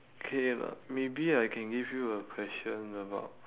okay lah maybe I can give you a question about